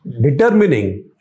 determining